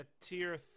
Tier